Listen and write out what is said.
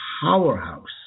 powerhouse